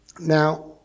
Now